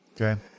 Okay